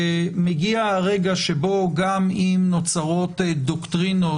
גם אם נוצרו באמצעות הלכה פסוקה דוקטרינות